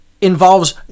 involves